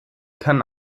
kann